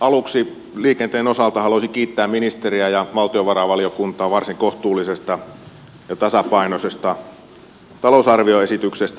aluksi liikenteen osalta haluaisin kiittää ministeriä ja valtiovarainvaliokuntaa varsin kohtuullisesta ja tasapainoisesta talousarvioesityksestä